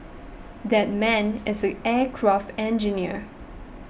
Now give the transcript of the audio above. that man is an aircraft engineer